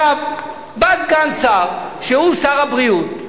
בא סגן שר, שהוא שר הבריאות,